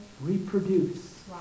reproduce